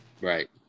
Right